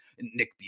Nick